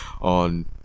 on